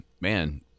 man